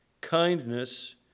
kindness